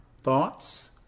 thoughts